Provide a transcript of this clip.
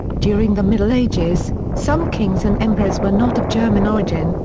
during the middle ages, some kings and emperors were not of german origin,